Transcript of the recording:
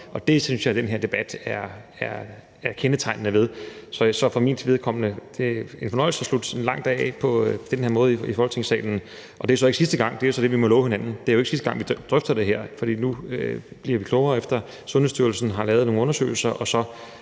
kendetegnende for den her debat. Så det er for mit vedkommende en fornøjelse at slutte sådan en lang dag af på den her måde i Folketingssalen. Det er så ikke sidste gang. Det er så det, vi må love hinanden. Det er ikke sidste gang, vi drøfter det her. For nu bliver vi klogere, efter at Sundhedsstyrelsen har lavet nogle undersøgelser, og så